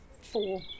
four